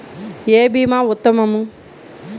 ఏ భీమా ఉత్తమము?